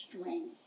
strength